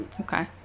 Okay